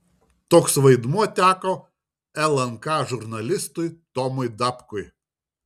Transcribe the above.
toks vaidmuo teko lnk žurnalistui tomui dapkui